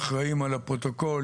גם היועץ המשפטי יגיד לך,